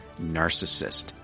narcissist